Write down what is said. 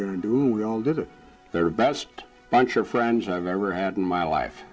going to do we all did their best bunch of friends i've ever had in my life